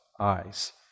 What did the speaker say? eyes